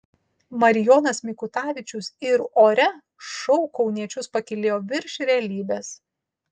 marijonas mikutavičius ir ore šou kauniečius pakylėjo virš realybės